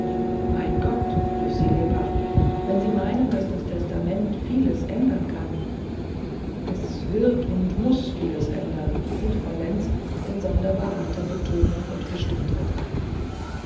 mein gott rief sie lebhaft wenn sie meinen daß das testament vieles ändern kann es wird und muß vieles ändern fiel frau lenz mit sonderbar harter betonung und bestimmtheit ein